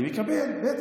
אני מקבל את זה, בטח.